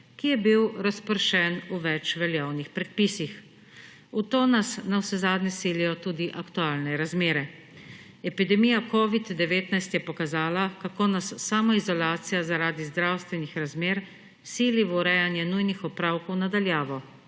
ki je bil razpršen v več veljavnih predpisih. V to nas navsezadnje silijo tudi aktualne razmere. Epidemija covida-19 je pokazala, kako nas samoizolacija zaradi zdravstvenih razmer sili v urejanje nujnih opravkov na daljavo,